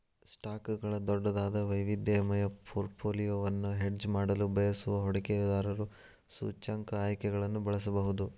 ಸ್ಟಾಕ್ಗಳ ದೊಡ್ಡದಾದ, ವೈವಿಧ್ಯಮಯ ಪೋರ್ಟ್ಫೋಲಿಯೊವನ್ನು ಹೆಡ್ಜ್ ಮಾಡಲು ಬಯಸುವ ಹೂಡಿಕೆದಾರರು ಸೂಚ್ಯಂಕ ಆಯ್ಕೆಗಳನ್ನು ಬಳಸಬಹುದು